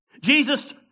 Jesus